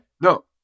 no